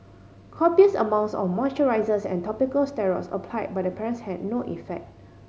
copious amounts of moisturisers and topical steroids apply by the parents had no effect